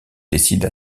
décide